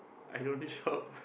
I only shop